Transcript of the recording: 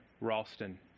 Ralston